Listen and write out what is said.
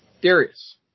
Darius